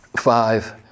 five